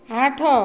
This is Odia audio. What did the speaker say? ଆଠ